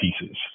pieces